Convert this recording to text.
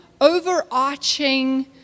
overarching